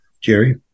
Jerry